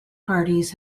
parties